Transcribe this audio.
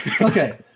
Okay